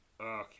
Okay